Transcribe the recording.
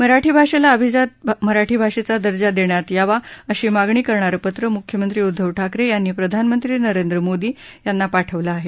मराठी भाषेला अभिजात मराठी भाषेचा दर्जा देण्यात यावा अशी मागणी करणारं पत्र म्ख्यमंत्री उदधव ठाकरे यांनी प्रधानमंत्री नरेंद्र मोदी यांना पाठवलं आहे